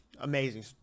amazing